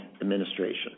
administration